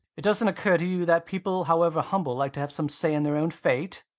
it doesn't occur to you that people, however humble, like to have some say in their own fate?